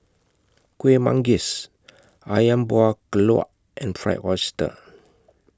Kueh Manggis Ayam Buah Keluak and Fried Oyster